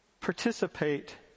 participate